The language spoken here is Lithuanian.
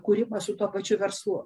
kūrimas su tuo pačiu verslu